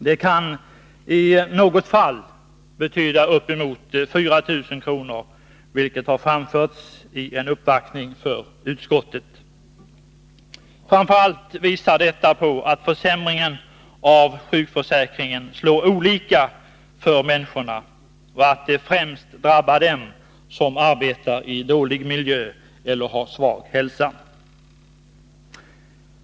Det kani något fall betyda uppemot 4 000 kr., vilket har framförts i samband med en uppvaktning i utskottet. Framför allt visar detta på att försämringen av sjukförsäkringen slår olika för människorna och att den främst drabbar dem som arbetar i dålig miljö eller har svag hälsa.